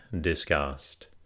discussed